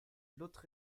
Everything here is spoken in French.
l’autre